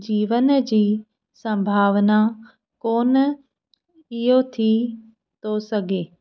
जीवन जी संभावना कोन इहो थी थो सघे